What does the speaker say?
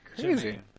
Crazy